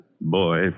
boy